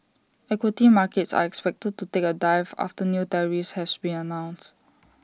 equity markets are expected to take A dive after new tariffs have been announced